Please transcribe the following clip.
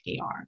AR